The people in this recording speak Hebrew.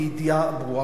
בידיעה ברורה,